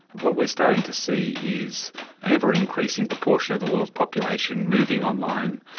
what we are starting to see is an ever-increasing proportion of the world's population moving online,